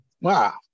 Wow